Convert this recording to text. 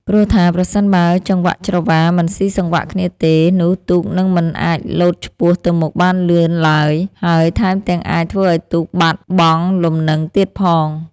ព្រោះថាប្រសិនបើចង្វាក់ច្រវាមិនស៊ីសង្វាក់គ្នាទេ នោះទូកនឹងមិនអាចលោតឆ្ពោះទៅមុខបានលឿនឡើយ ហើយថែមទាំងអាចធ្វើឱ្យទូកបាត់បង់លំនឹងទៀតផង។